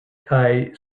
kaj